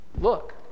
Look